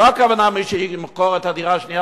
אין הכוונה למי שימכור את הדירה השנייה